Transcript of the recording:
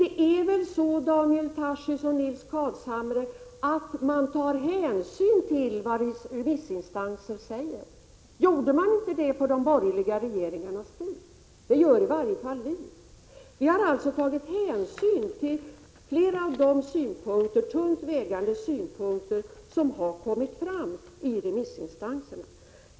Det är väl så, Daniel Tarschys och Nils Carlshamre, att regeringen tar hänsyn till vad remissinstanser säger. Gjorde man inte det på de borgerliga regeringarnas tid? Det gör i varje fall vi. Vi har alltså tagit hänsyn till flera av de tungt vägande synpunkter som har kommit fram vid remissbehandlingen.